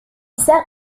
sert